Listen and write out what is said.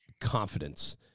confidence